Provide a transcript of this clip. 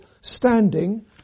standing